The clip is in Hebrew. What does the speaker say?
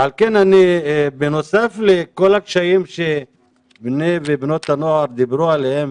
ועל כן בנוסף לכל הקשיים שבני ובנות הנוער דיברו עליהם,